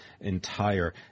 entire